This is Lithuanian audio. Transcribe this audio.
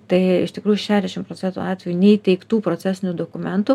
tai iš tikrųjų šešdešim procentų atvejų neįteiktų procesinių dokumentų